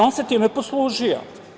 On se time poslužio.